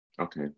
Okay